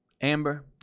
Amber